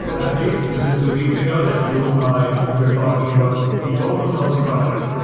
i believe it's just just two weeks ago that you ah you were talking about the open house project.